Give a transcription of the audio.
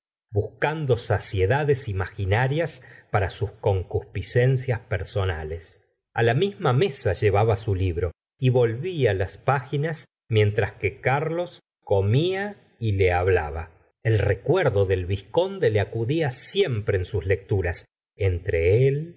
buscando saciedades imaginarias para sus concupicencipersonales a la misma mesa llevaba su libro y volvía las páginas mientras que carlos comía y le hablaba el recuerdo del vizconde le acudía siem pre ensus lecturas entre él